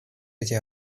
эти